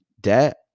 debt